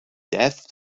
death